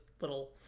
little